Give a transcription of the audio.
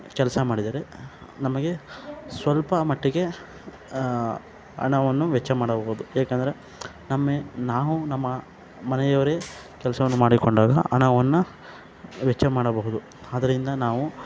ಕೆಲಸ ಮಾಡಿದರೆ ನಮಗೆ ಸ್ವಲ್ಪ ಮಟ್ಟಿಗೆ ಹಣವನ್ನು ವೆಚ್ಚ ಮಾಡಬಹುದು ಏಕಂದರೆ ನಮ್ಮ ನಾವು ನಮ್ಮ ಮನೆಯವರೇ ಕೆಲಸವನ್ನು ಮಾಡಿಕೊಂಡಾಗ ಹಣವನ್ನ ವೆಚ್ಚ ಮಾಡಬಹುದು ಅದ್ರಿಂದ ನಾವು